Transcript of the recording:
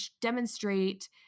demonstrate